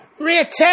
reattach